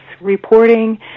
reporting